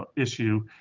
ah issue.